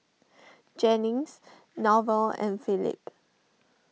Jennings Norval and Philip